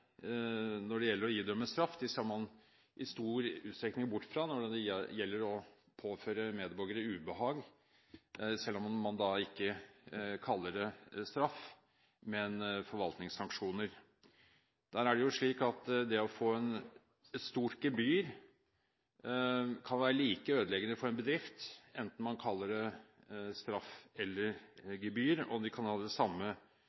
når det gjelder å idømme straff. Disse ser man i stor utstrekning bort fra når det gjelder å påføre medborgere ubehag, selv om man ikke kaller det straff, men forvaltningssanksjoner. Det å få et stort gebyr kan være like ødeleggende for en bedrift, enten man kaller det straff eller gebyr. De kan ha de samme